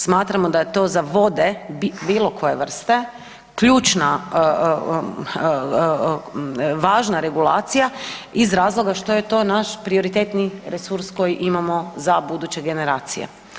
Smatramo da je to za vode bilokoje vrste, ključna važna regulacija iz razloga što je to naš prioritetni resurs koji imamo za buduće generacije.